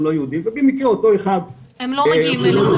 לא יהודים ו --- הם לא מגיעים אליך,